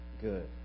good